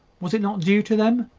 was it not due to them?